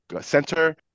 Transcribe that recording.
center